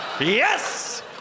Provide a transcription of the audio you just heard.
Yes